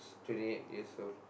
twenty eight years old